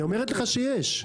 היא אומרת לך שיש.